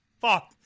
Fuck